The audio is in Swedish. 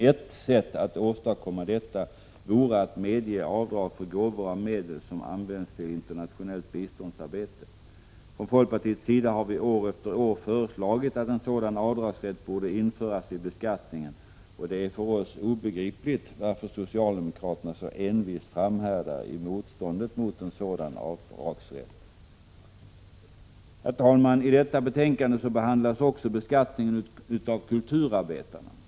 Ett sätt att åstadkomma detta vore att medge avdrag för gåvor av medel som används till internationellt biståndsarbete. Från folkpartiets sida har vi år efter år föreslagit att en sådan avdragsrätt borde införas vid beskattningen, och det är för oss obegripligt varför socialdemokraterna så envist framhärdar i motståndet mot en sådan avdragsrätt. Herr talman! I detta betänkande behandlas också beskattningen av kulturarbetarna.